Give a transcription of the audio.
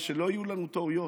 ושלא יהיו לנו טעויות,